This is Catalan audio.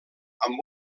amb